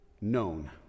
known